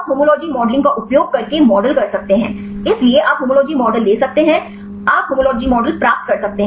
हम homology modelling का उपयोग करके मॉडल कर सकते हैं इसलिए आप होमोलोगी मॉडल ले सकते हैं आप होमोलॉजी मॉडल प्राप्त कर सकते हैं